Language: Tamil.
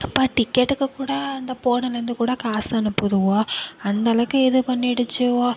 இப்போ டிக்கெட்டுக்கு கூட அந்த ஃபோனுலேருந்து கூட காசு அனுப்புதுவோ அந்தளவுக்கு இது பண்ணிடுச்சிவோ